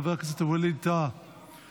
חבר הכנסת ווליד טאהא,